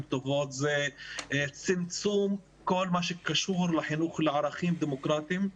טובות זה צמצום כל מה שקשור לחינוך לערכים דמוקרטים.